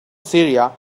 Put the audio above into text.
syria